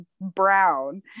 brown